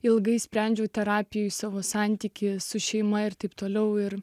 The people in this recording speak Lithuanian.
ilgai sprendžiau terapijoje savo santykį su šeima ir taip toliau ir